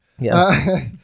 Yes